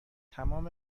تمام